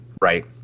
right